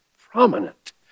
prominent